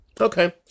Okay